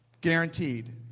guaranteed